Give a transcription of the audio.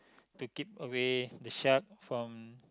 to keep away the shark from